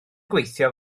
gweithio